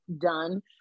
done